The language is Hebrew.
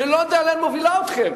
שאני לא יודע לאן היא מובילה אתכם.